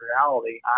reality